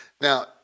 Now